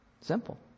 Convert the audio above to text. Simple